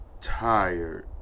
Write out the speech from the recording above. tired